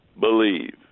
believe